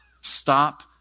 stop